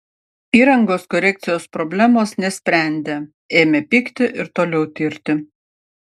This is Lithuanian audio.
įrangos korekcijos problemos nesprendė ėmė pykti ir toliau tirti